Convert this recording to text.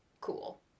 cool